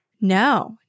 No